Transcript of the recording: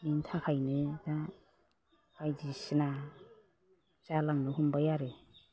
बेनिथाखायनो दा बायदिसिना जालांनो हमबाय आरो